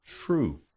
true